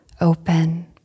open